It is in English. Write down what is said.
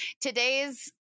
today's